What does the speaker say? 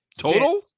Total